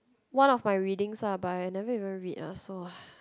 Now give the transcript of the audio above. one of my readings ah but I never even read ah so